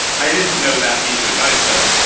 i didn't know that piece of advice but,